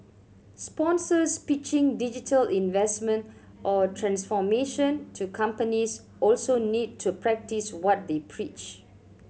sponsors pitching digital investment or transformation to companies also need to practice what they preach